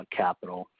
capital